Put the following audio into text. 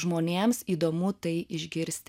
žmonėms įdomu tai išgirst